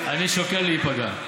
שוקל להיפגע.